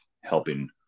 helping